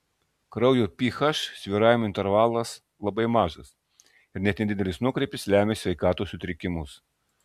kraujo ph svyravimo intervalas labai mažas ir net nedidelis nuokrypis lemia sveikatos sutrikimus